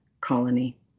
colony